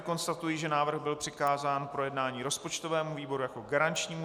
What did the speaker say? Konstatuji tedy, že návrh byl přikázán k projednání rozpočtovému výboru jako garančnímu.